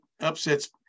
upsets